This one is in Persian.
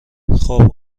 خوب